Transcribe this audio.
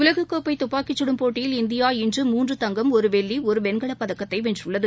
உலகக்கோப்பை தப்பாக்கிச் கடும் போட்டியில் இந்தியா இன்று மூன்று தங்கம் ஒரு வெள்ளி ஒரு வெண்கலப் பதக்கத்தை வென்றுள்ளது